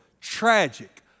tragic